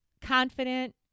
confident